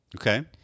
Okay